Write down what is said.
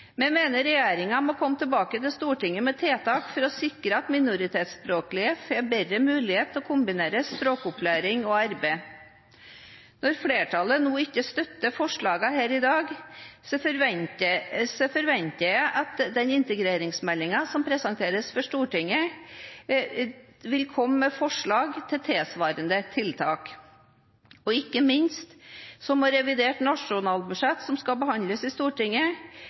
Vi mener regjeringen må komme tilbake til Stortinget med tiltak for å sikre at minoritetsspråklige får bedre mulighet til å kombinere språkopplæring og arbeid. Når flertallet ikke støtter forslaget her i dag, forventer jeg at man i den integreringsmeldingen som presenteres for Stortinget, vil komme med forslag til tilsvarende tiltak, og ikke minst må man i revidert nasjonalbudsjett, som skal behandles i Stortinget,